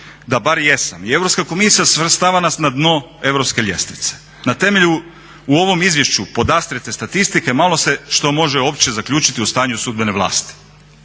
Da bar jesam. I Europska komisija svrstava nas na dno europske ljestvice na temelju u ovom izvješću podastrte statistike malo se što može uopće zaključiti o stanju sudbene vlasti.